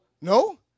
No